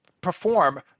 perform